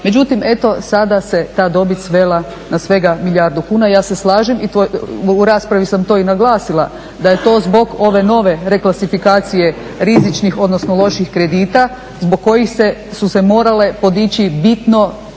Međutim sada se ta dobit svela na svega milijardu kuna. Ja se slažem i u raspravi sam to i naglasila da je to zbog ove nove reklasifikacije rizičnih odnosno loših kredita zbog kojih su se morala su se